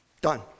Done